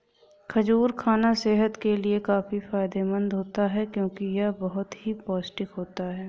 खजूर खाना सेहत के लिए काफी फायदेमंद होता है क्योंकि यह बहुत ही पौष्टिक होता है